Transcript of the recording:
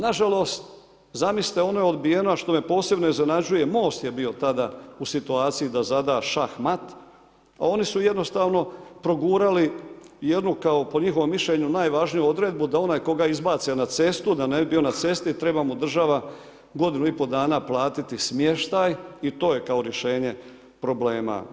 Nažalost zamislite ono je odbijeno što me posebno iznenađuje, MOST je bio tada u situaciji da zada šah-mat a oni su jednostavno progurali jednu kao po njihovom mišljenju najvažniju odredbu da onaj koga izbace na cestu, da ne bi bio na cesti, treba mu država godinu i pol dana platiti smještaj i to je kao rješenje problema.